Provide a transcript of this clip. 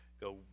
go